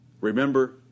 remember